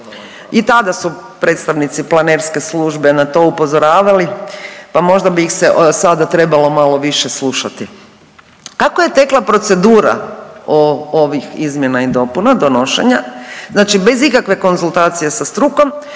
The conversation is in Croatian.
i tada su predstavnici .../Govornik se ne razumije./... na to upozoravali, pa možda bi ih se sada trebalo malo više slušati. Kako je tekla procedura ovih izmjena i dopuna, donošenja? Znači bez ikakve konzultacije sa strukom,